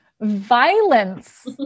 violence